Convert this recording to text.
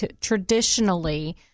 Traditionally